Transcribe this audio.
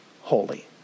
holy